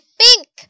pink